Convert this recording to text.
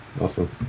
Awesome